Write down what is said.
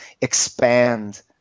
expand